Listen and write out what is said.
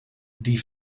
die